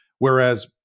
whereas